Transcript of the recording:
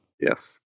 Yes